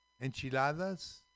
enchiladas